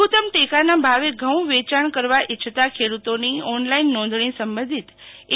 લઘુત્તમ ટેકાના ભાવે ઘઉં વેચાણ કરવા ઈચ્છતા ખેડૂતોની ઓનલાઈન નોંધણી સંબંધિત એ